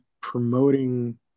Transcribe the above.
promoting